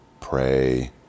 pray